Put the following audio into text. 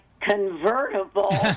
convertible